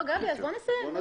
אז גבי, בוא נעשה את זה.